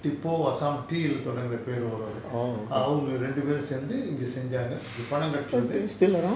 tippo asaam T leh தொடங்குற பேர் வரும் அது அவங்க ரெண்டு பேரும் சேர்ந்து இங்க செஞ்சாங்க பணங்கட்டுறது:thodankura per varum athu avanga rendu perum sernthu inga senjaanka panangkatturathu